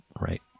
right